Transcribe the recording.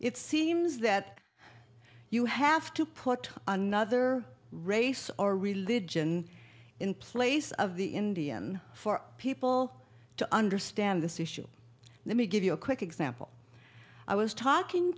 it seems that you have to put another race or religion in place of the indian for people to understand this issue let me give you a quick example i was talking